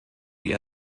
die